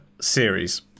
series